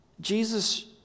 Jesus